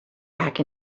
back